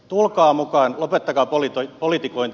tulkaa mukaan lopettakaa politikointi